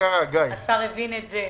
השר הבין את זה.